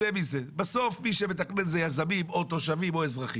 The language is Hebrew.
צא מזה' בסוף מי שמתכנן זה יזמים או תושבים או אזרחים.